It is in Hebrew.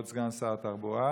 כבוד סגן שרת התחבורה: